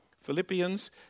Philippians